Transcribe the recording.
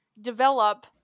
develop